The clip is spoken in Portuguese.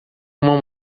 uma